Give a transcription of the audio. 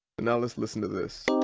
now let's listen to this.